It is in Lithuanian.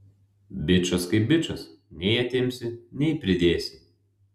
bičas kaip bičas nei atimsi nei pridėsi